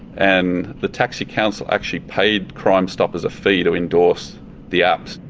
and the taxi council actually paid crime stoppers a fee to endorse the apps.